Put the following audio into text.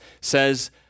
says